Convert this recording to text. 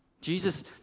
Jesus